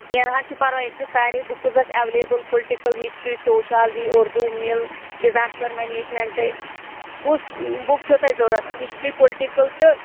کیٚنٛہہ نہَ حظ چھُ پَرواے ییٚتہِ چھِ ساریٚے بُکٕس اَسہِ available political history sociology Urdu مِل ڈِزاسٹر منیجمٮ۪نٛٹہٕ کُس بُک چھَو تۄہہِ ضروٗرت ہِسٹری پُلٹِکَل تہٕ